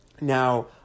Now